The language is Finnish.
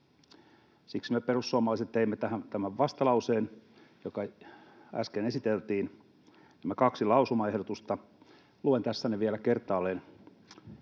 Siksi me perussuomalaiset teimme tähän tämän vastalauseen, joka äsken esiteltiin, nämä kaksi lausumaehdotusta. Luen tässä ne vielä kertaalleen: